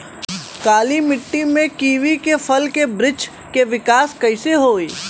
काली मिट्टी में कीवी के फल के बृछ के विकास कइसे होई?